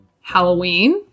Halloween